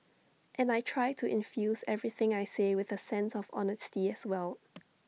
and I try to infuse everything I say with A sense of honesty as well